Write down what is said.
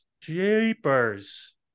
Jeepers